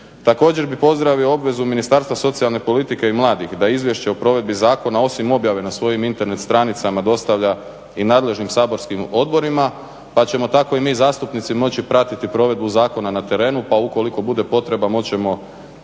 Također bih pozdravio obvezu Ministarstva socijalne politike i mladih da Izvješće o provedbi zakona osim objave na svojim internet stranicama dostavlja i nadležnim saborskim odborima pa ćemo tako i mi zastupnici moći pratiti provedbu zakona na terenu pa ukoliko bude potreba moći